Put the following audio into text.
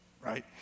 Right